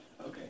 Okay